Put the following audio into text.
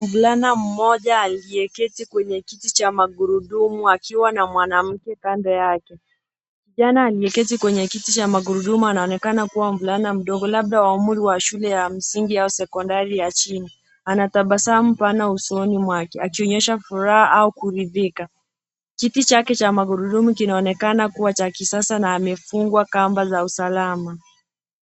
Mvulana mmoja aliyeketi kwenye kiti cha magurudumu, akiwa na mwanamke kando yake. Kijana aliyeketi kwenye kiti cha magurudumu anaonekana kuwa mvulana mdogo, labda wa umri ya shule ya msingi au sekondari ya chini. Ana tabasamu pana usoni mwake akionyesha furaha au kuridhika. Kiti chake cha magurudumu kinaonekana kuwa cha kisasa na amefungwa kamba za usalama.